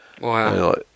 Wow